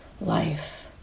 life